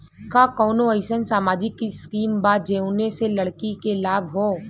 का कौनौ अईसन सामाजिक स्किम बा जौने से लड़की के लाभ हो?